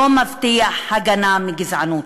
לא מבטיח הגנה מגזענות.